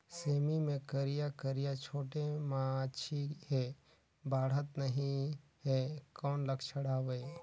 सेमी मे करिया करिया छोटे माछी हे बाढ़त नहीं हे कौन लक्षण हवय?